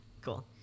Cool